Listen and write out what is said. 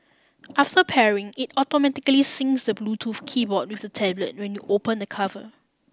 after pairing it automatically syncs the Bluetooth keyboard with the tablet when you open the cover